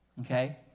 Okay